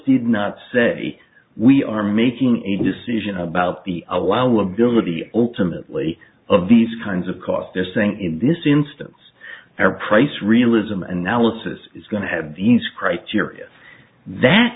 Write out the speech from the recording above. did not say we are making a decision about the allow ability ultimately of these kinds of costs they're saying in this instance our price relives i'm an analysis is going to have these criteria that